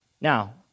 Now